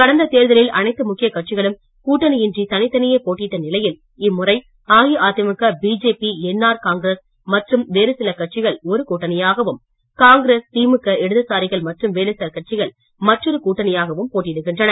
கடந்த தேர்தலில் அனைத்து முக்கிய கட்சிகளும் கூட்டணியின்றி தனியே போட்டியிட்ட நிலையில் இம்முறை அஇஅதிமுக பிஜேபி என்ஆர் காங்கிரஸ் மற்றும் வேறு சில கட்சிகள் ஒரு கூட்டணியாகவும் காங்கிரஸ் திமுக இடதுசாரிகள் மற்றும் வேறு சில கட்சிகள் மற்றொரு கூட்டணியாகவும் போட்டியிடுகின்றன